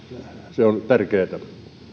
se on tärkeää